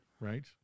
right